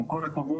עם כל הכבוד,